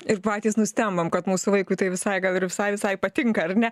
ir patys nustembam kad mūsų vaikui tai visai gal ir visai visai patinka ar ne